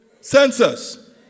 Census